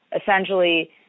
essentially